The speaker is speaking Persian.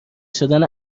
شدن